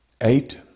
Eight